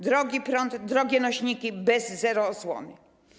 Drogi prąd, drogie nośniki - zero osłony.